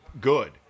good